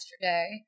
yesterday